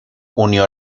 unió